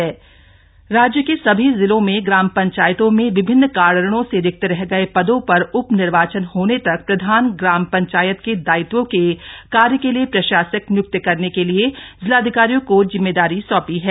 प्रशासक नियुक्त राज्य के सभी जिलों में ग्राम पंचायतों में विभिन्न कारणों से रिक्त रह गये पदों पर उप निर्वाचन होने तक प्रधान ग्राम पंचायत के दायित्वों के कार्य के लिए प्रशासक नियुक्त करने के लिए जिलाधिकारियों को जिम्मेदारी सौंपी है